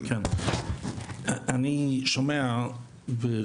אני שומע,